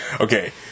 Okay